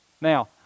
Now